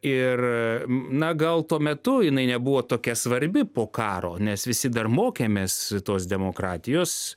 ir na gal tuo metu jinai nebuvo tokia svarbi po karo nes visi dar mokėmės tos demokratijos